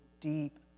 deep